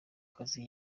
kazi